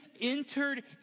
entered